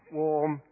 warm